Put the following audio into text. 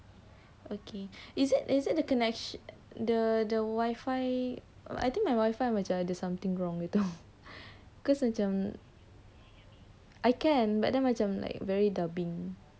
okay is it is it the connection the the wifi but I think my wifi ada something wrong gitu cause macam I can but then macam like very dubbing